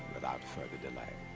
without further delay.